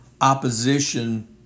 opposition